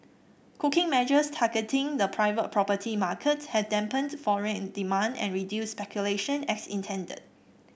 cooking measures targeting the private property market have dampened foreign demand and reduced speculation as intended